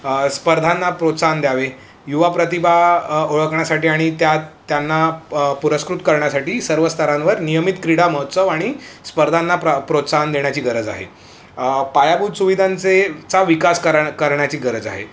स्पर्धांना प्रोत्साहन द्यावे युवा प्रतिभा ओळखण्यासाठी आणि त्यात त्यांना पुरस्कृत करण्यासाठी सर्व स्तरांवर नियमित क्रीडा महोत्सव आणि स्पर्धांना प्रा प्रोत्साहन देण्याची गरज आहे पायाभूत सुविधांचे चा विकास करण्याची गरज आहे